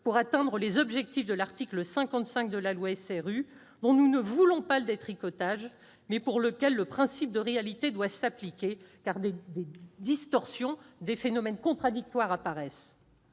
pour atteindre les objectifs de l'article 55 de la loi SRU, dont nous ne voulons pas le détricotage, mais pour lequel le principe de réalité doit s'appliquer, car des distorsions et des phénomènes contradictoires se